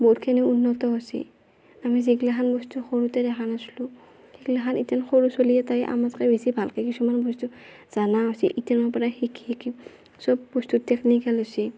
বহুতখিনি উন্নত হৈছি আমি যিগিলাখান বস্তু সৰুতে দেখা নাছিলোঁ সেইগিলাখান ইতেন সৰু চলি এটাই আমাতকে বেছি ভালকে কিছুমান বস্তু জানা হৈছি ইতেনৰ পৰা শিকি শিকি চব বস্তু টেকনিকেল হৈছি